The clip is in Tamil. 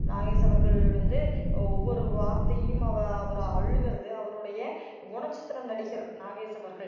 நாகேஸ் அவர்கள் வந்து ஒவ்வொரு வார்த்தையும் அவள் அவர் அழுகுறது அவருடைய குணச்சித்திர நடிகர் நாகேஸ் அவர்கள்